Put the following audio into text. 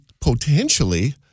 potentially